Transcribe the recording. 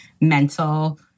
mental